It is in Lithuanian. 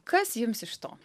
kas jums iš to